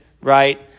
right